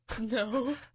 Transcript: No